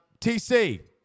TC